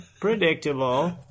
predictable